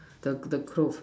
the the cloth